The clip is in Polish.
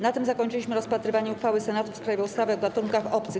Na tym zakończyliśmy rozpatrywanie uchwały Senatu w sprawie ustawy o gatunkach obcych.